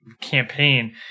campaign